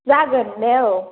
जागोन दे औ